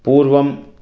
पूर्वम्